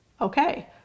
Okay